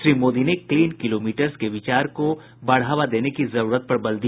श्री मोदी ने clean kilometres के विचार को बढ़ावा देने की जरूरत पर बल दिया